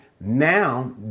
Now